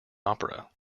opera